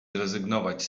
zrezygnować